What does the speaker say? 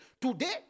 Today